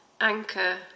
anchor